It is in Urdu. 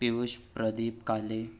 پیوش پردیپ کالے